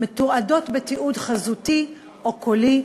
מתועדות בתיעוד חזותי או קולי,